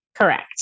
Correct